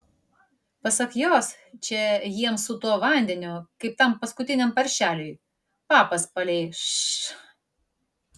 pasak jos čia jiems su tuo vandeniu kaip tam paskutiniam paršeliui papas palei š